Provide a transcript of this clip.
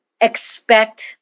expect